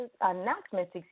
announcements